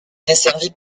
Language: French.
desservie